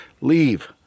Leave